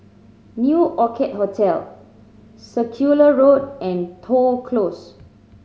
New Orchid Hotel Circular Road and Toh Close